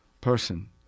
person